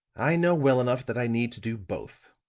i know well enough that i need to do both.